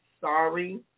sorry